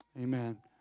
Amen